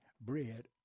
bread